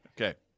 Okay